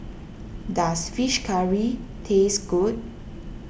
does Fish Curry taste good